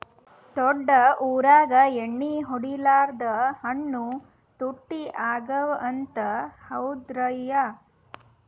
ದೊಡ್ಡ ಊರಾಗ ಎಣ್ಣಿ ಹೊಡಿಲಾರ್ದ ಹಣ್ಣು ತುಟ್ಟಿ ಅಗವ ಅಂತ, ಹೌದ್ರ್ಯಾ?